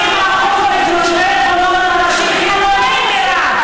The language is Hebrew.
80% מאנשים חילונים, מירב.